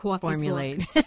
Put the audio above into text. formulate